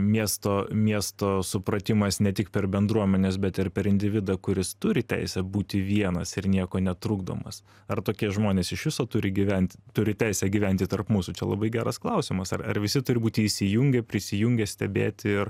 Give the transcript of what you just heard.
miesto miesto supratimas ne tik per bendruomenes bet ir per individą kuris turi teisę būti vienas ir nieko netrukdomas ar tokie žmonės iš viso turi gyventi turi teisę gyventi tarp mūsų čia labai geras klausimas ar ar visi turi būti įsijungę prisijungę stebėti ir